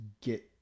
get